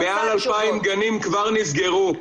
גברתי היושבת-ראש, מעל ל-2,000 גנים כבר נסגרו.